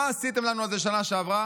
מה עשיתם לנו על זה שנה שעברה.